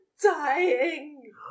dying